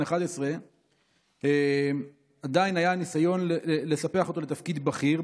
11 עדיין היה ניסיון לספח אותו לתפקיד בכיר,